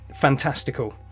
fantastical